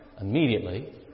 immediately